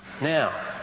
Now